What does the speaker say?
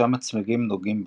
שם הצמיגים נוגעים בקרקע.